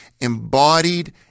embodied